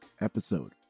episode